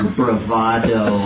bravado